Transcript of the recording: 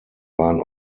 waren